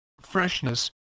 freshness